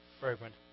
fragrant